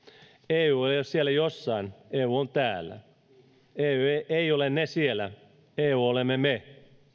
eu ei ole siellä jossain eu on täällä eu eivät ole ne siellä eu olemme me